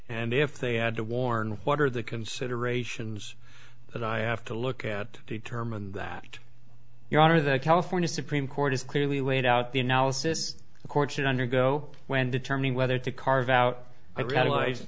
and if they had to warn what are the considerations that i have to look at determine that your honor the california supreme court is clearly laid out the analysis the court should undergo when determining whether to carve out i realize th